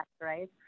Right